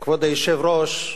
כבוד היושב-ראש,